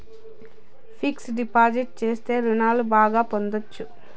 fixed deposit చేస్తే రుణాలు బాగా పొందొచ్చు